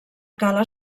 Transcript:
cala